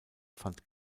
fand